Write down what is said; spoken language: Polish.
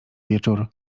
wieczór